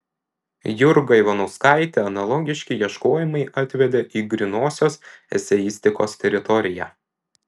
jurgą ivanauskaitę analogiški ieškojimai atvedė į grynosios eseistikos teritoriją